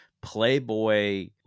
playboy